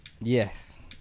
Yes